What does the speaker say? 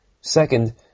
Second